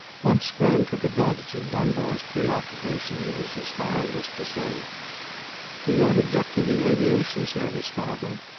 once graham took advantage of dunbar's preoccupation with his asparagus to say you don't object to the aviation service, father?